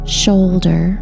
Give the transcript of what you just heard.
shoulder